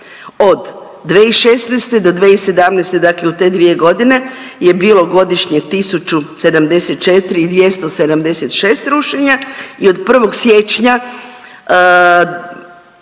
Od 2016. do 2017., dakle u te dvije godine je bilo godišnje 1074 i 276 rušenja i od 1. siječnja